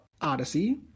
Odyssey